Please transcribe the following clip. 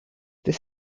this